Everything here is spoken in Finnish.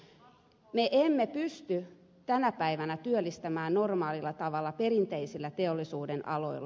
me emme pysty tänä päivänä työllistämään normaalilla tavalla perinteisillä teollisuudenaloilla